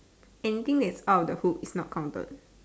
anything that out of the hoop is not counted